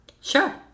Sure